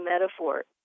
metaphor